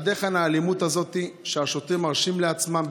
עד היכן האלימות הזאת שהשוטרים מרשים לעצמם?